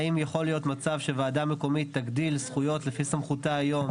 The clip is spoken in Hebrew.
האם יכול להיות מצב שוועדה מקומית תגדיל זכויות לפי סמכותה היום.